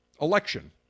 election